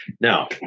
Now